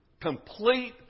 complete